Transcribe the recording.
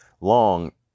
long